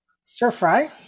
stir-fry